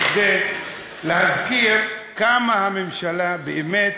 כדי להזכיר כמה הממשלה באמת,